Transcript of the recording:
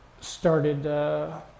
started